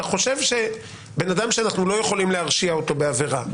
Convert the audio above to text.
אתה חושב שבן אדם שאנחנו לא יכולים להרשיע אותו בעבירה,